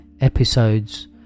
episodes